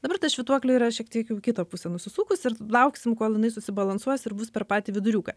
dabar ta švytuoklė yra šiek tiek jau į kitą pusę nusisukus ir lauksim kol jinai susibalansuos ir bus per patį viduriuką